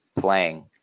playing